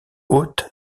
hôte